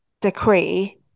decree